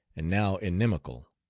and now inimical.